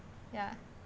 ya